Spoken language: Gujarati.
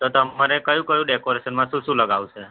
તો તમે મને કયું કયું ડેકોરેશનમાં શું શું લગાવવુ છે